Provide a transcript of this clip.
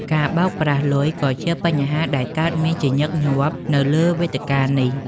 ការបោកប្រាស់លុយក៏ជាបញ្ហាដែលកើតមានជាញឹកញាប់នៅលើវេទិកានេះ។